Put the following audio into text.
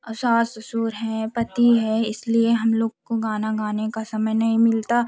औ सास ससुर हैं पति है इसलिए हम लोग को गाना गाने का समय नहीं मिलता